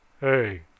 hey